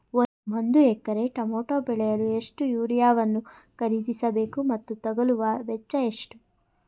ಒಂದು ಎಕರೆ ಟಮೋಟ ಬೆಳೆಯಲು ಎಷ್ಟು ಯೂರಿಯಾವನ್ನು ಖರೀದಿಸ ಬೇಕು ಮತ್ತು ತಗಲುವ ವೆಚ್ಚ ಎಷ್ಟು?